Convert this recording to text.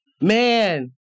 Man